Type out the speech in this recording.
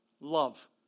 love